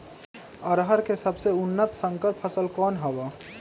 अरहर के सबसे उन्नत संकर फसल कौन हव?